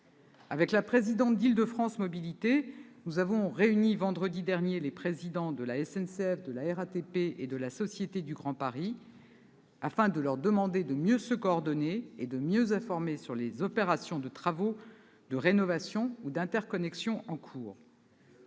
Avec la présidente d'Île-de-France Mobilités, nous avons réuni vendredi dernier les présidents de la SNCF, de la RATP et de la Société du Grand Paris, afin de leur demander de mieux se coordonner et de mieux informer sur les opérations de travaux de rénovation ou d'interconnexion en cours.